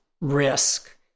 risk